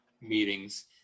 meetings